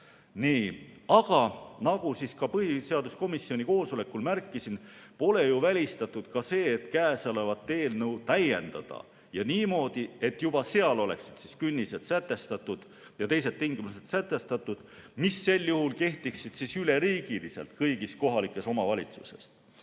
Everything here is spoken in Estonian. Nii. Aga nagu ka põhiseaduskomisjoni koosolekul märkisin, pole välistatud see, et käesolevat eelnõu võiks täiendada ja niimoodi, et juba seal oleksid künnised ja teised tingimused sätestatud, mis sel juhul kehtiksid üleriigiliselt, kõigis kohalikes omavalitsustes.